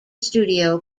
studio